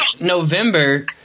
November